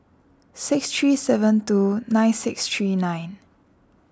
six three seven two nine six three nine